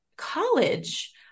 college